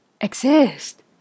exist